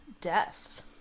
death